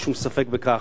אין שום ספק בכך,